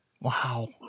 Wow